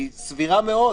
היא סבירה מאוד.